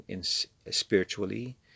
spiritually